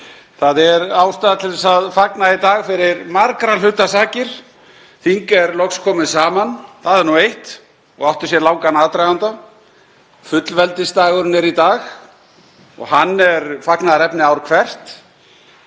Það er ástæða til að fagna í dag fyrir margra hluta sakir. Þing er loks komið saman, það er nú eitt, og átti sér langan aðdraganda. Fullveldisdagurinn er í dag og hann er fagnaðarefni ár hvert.